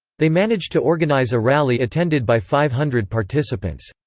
they managed to organise a rally attended by five hundred participants.